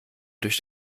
durch